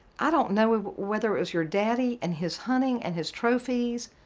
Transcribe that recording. i don't know whether it was your daddy and his hunting and his trophies.